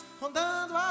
rondando